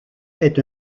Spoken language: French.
est